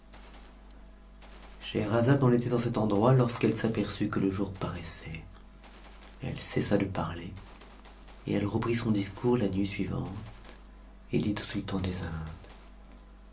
scheherazade en était en cet endroit lorsqu'elle s'aperçut que le jour s paraissait elle cessa de parler et elle reprit son discours la nuit suivante g t dit au sultan des indes